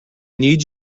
need